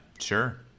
Sure